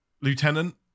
Lieutenant